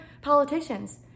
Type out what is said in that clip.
politicians